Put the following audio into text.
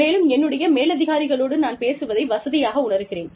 மேலும் என்னுடைய மேலதிகாரிகளோடு நான் பேசுவதை வசதியாக உணருகிறேன்